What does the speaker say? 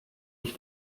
ich